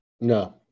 No